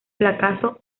fracaso